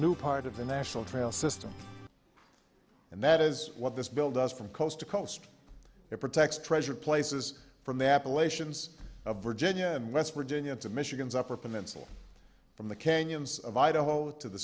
new part of the national trail system and that is what this bill does from coast to coast it protects treasure places from the appalachians of virginia and west virginia to michigan's upper peninsula from the canyons of idaho to the